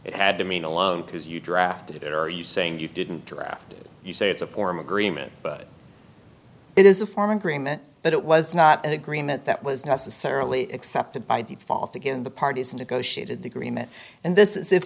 it had to mean alone because you drafted it or are you saying you didn't draft you say it's a form agreement it is a form agreement but it was not an agreement that was necessarily accepted by default again the parties negotiated the agreement and this is if